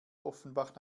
offenbach